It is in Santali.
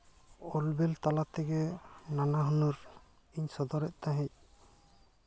ᱚᱞᱵᱤᱞ ᱛᱟᱞᱟ ᱛᱮᱜᱮ ᱱᱟᱱᱟ ᱦᱩᱱᱟᱹᱨ ᱤᱧ ᱥᱚᱫᱚᱨᱮᱫ ᱛᱟᱦᱮᱸᱜ